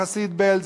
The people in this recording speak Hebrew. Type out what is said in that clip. חסיד בעלז,